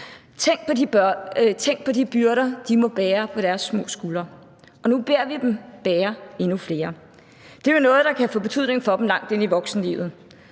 tænk på de byrder, de må bære på deres små skuldre, og nu beder vi dem om at bære endnu flere. Det er noget, der kan få betydning for dem langt ind i voksenlivet.